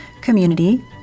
community